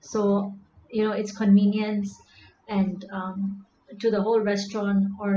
so you know it's convenience and um to the whole restaurant or